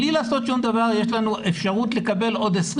בלי לעשות שום דבר יש לנו אפשרות לקבל עוד 20